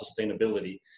sustainability